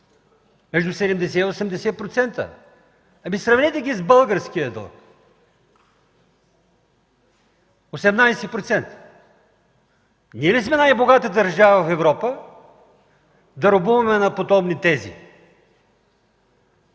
между 70 и 80%, сравнете го с българския дълг – 18%. Ние ли сме най-богатата държава в Европа, за да робуваме на подобни тези?